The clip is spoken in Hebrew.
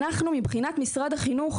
אנחנו מבחינת משרד החינוך,